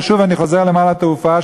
ושוב אני חוזר לנמל התעופה,